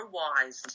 wise